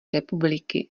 republiky